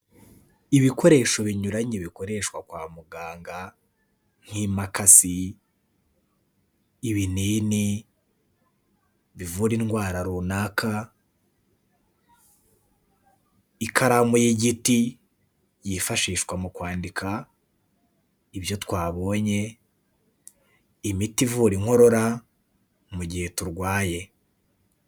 Ibikoresho binyuranye bikoreshwa kwa muganga nk'impakasi, ibinini bivura indwara runaka, ikaramu y'igiti yifashishwa mu kwandika ibyo twabonye, imiti ivura inkorora mu gihe turwaye.